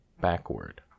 Backward